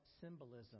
symbolism